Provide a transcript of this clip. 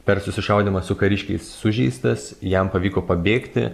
per susišaudymą su kariškiais sužeistas jam pavyko pabėgti